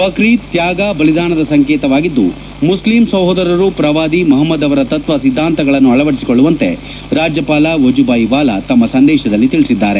ಬಕ್ರೀದ್ ತ್ಯಾಗ ಬಲಿದಾನದ ಸಂಕೇತವಾಗಿದ್ದು ಮುಸ್ಲಿಂ ಸಹೋದರರು ಪ್ರವಾದಿ ಮಹಮದ್ ಅವರ ತತ್ವ ಸಿದ್ದಾಂತಗಳನ್ನು ಅಳವಡಿಸಿಕೊಳ್ಳುವಂತೆ ರಾಜ್ಯಪಾಲ ವಜೂಬಾಯಿ ವಾಲಾ ತಮ್ಮ ಸಂದೇಶದಲ್ಲಿ ತಿಳಿಸಿದ್ದಾರೆ